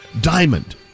Diamond